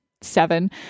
seven